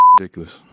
Ridiculous